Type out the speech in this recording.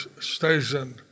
station